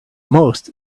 most